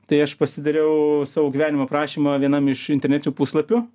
tai aš pasidariau savo gyvenimo aprašymą vienam iš internetinių puslapių